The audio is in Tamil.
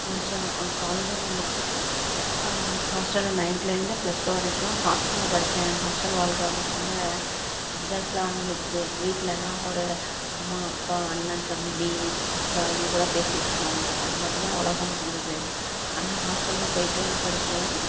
முடிச்சோம் காலேஜும் அங்கே முடிச்சிட்டு ஹாஸ்டலில் நயன்த்துலேருந்து ப்ளஸ் டூ வரைக்கும் ஹாஸ்டலில் படிச்சேன் ஹாஸ்டல் வாழ்க்க வந்து ரொம்ப என்ஜாய் ஃபுல்லாக இருந்துச்சு வீட்லன்னா ஒரு அம்மா அப்பா அண்ணன் தம்பி அக்கா இவங்கக்கூட பேசிட்டுருக்கம்ம அது மட்டும் தான் உலகோன்ருந்துது ஆனால் ஹாஸ்டலில் போயிட்டு படிக்கவும்